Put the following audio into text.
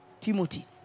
Timothy